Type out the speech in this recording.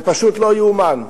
זה פשוט לא יאומן.